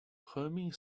humming